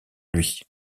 lui